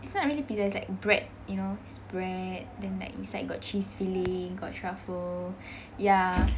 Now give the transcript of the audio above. it's not really pizza it's like bread you know is bread then like inside got cheese filling got truffle ya